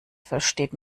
versteht